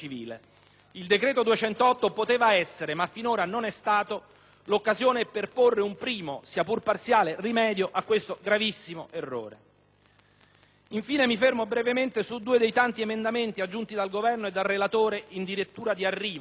Il decreto-legge n. 208 poteva essere, ma finora non è stato, l'occasione per porre un primo, sia pur parziale, rimedio a questo gravissimo errore. Infine, mi fermo brevemente su due dei tanti emendamenti aggiunti dal Governo e dal relatore in dirittura di arrivo: